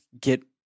get